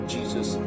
Jesus